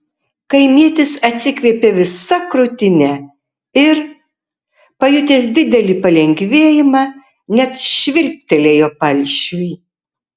kaimietis atsikvėpė visa krūtine ir pajutęs didelį palengvėjimą net švilptelėjo palšiui